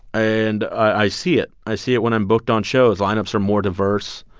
and i see it. i see it when i'm booked on shows. lineups are more diverse.